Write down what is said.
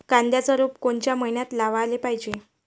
कांद्याचं रोप कोनच्या मइन्यात लावाले पायजे?